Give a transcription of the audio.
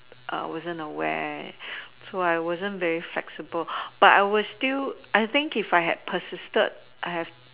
wasn't aware so I wasn't very flexible but I was still I think if I have persisted